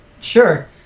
Sure